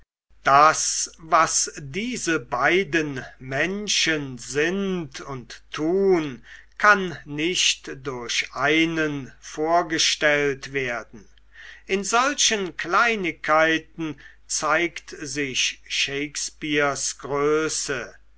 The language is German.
das was diese beiden menschen sind und tun kann nicht durch einen vorgestellt werden in solchen kleinigkeiten zeigt sich shakespeares größe